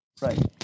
Right